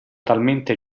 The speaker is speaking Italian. talmente